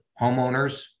homeowners